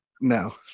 No